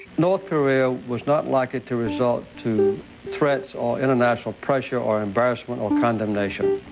north korea was not likely to resort to threats or international pressure or embarrassment or condemnation.